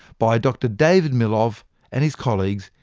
by dr. david milov and his colleagues,